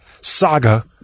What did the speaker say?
saga